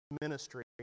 ministry